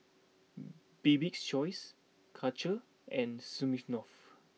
Bibik's choice Karcher and Smirnoff